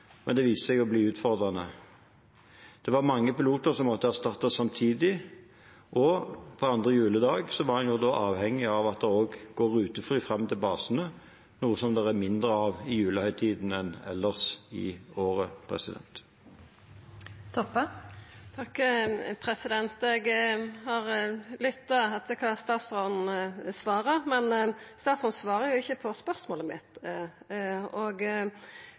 men det viste seg å bli utfordrende. Det var mange piloter som måtte erstattes samtidig. 2. juledag var en også avhengig av det gikk rutefly fram til basene, noe det er mindre av i julehøytiden enn ellers i året. Eg har lytta til kva statsråden svarar, men statsråden svarar jo ikkje på spørsmålet mitt.